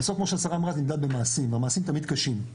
בסוף כמו שהשרה אמרה זה נמדד במעשים והמעשים תמיד קשים.